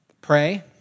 pray